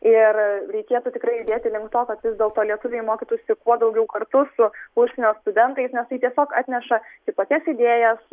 ir reikėtų tikrai judėti link to kad vis dėlto lietuviai mokytųsi kuo daugiau kartu su užsienio studentais nes tai tiesiog atneša kitokias idėjas